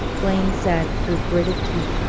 blaine said through gritted teeth.